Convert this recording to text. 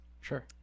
Sure